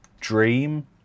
dream